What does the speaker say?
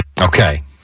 Okay